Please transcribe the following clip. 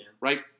right